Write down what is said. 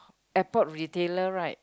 airport retailer right